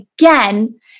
again